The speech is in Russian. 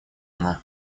она